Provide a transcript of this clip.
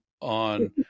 on